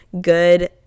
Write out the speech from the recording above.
Good